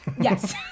Yes